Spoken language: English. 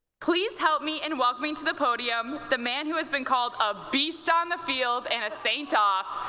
please help me in welcoming to the podium the man who has been called a beast on the field and a saint off